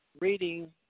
reading